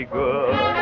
good